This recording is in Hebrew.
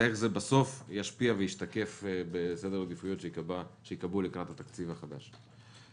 ובסוף איך זה ישפיע וישתקף בסדר העדיפויות שיקבעו לקראת התקציב החדש.